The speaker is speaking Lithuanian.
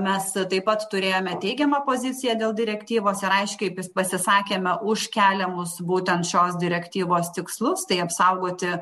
mes taip pat turėjome teigiamą poziciją dėl direktyvos ir aiškiai pasisakėme už keliamus būtent šios direktyvos tikslus tai apsaugoti